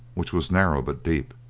which was narrow but deep,